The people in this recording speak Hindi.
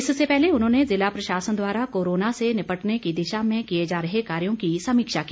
इससे पहले उन्होंने ज़िला प्रशासन द्वारा कोरोना से निपटने की दिशा में किए जा रहे कार्यों की समीक्षा की